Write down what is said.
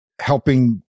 helping